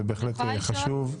זה בהחלט חשוב.